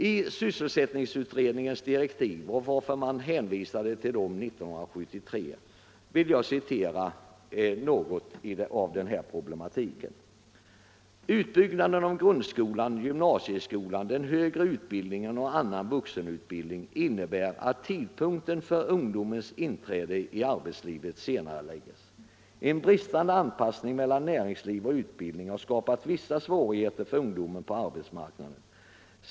Ur sysselsättningsutredningens direktiv vill jag citera något om den här problematiken: ”Utbyggnaden av grundskolan, gymnasieskolan, den högre utbildningen och annan vuxenutbildning innebär att tidpunkten för ungdomens inträde i arbetslivet senareläggs. En bristande anpassning mellan näringsliv och utbildning har skapat vissa svårigheter för ungdomen på arbetsmarknaden.